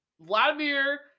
Vladimir